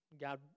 God